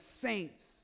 saints